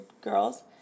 girls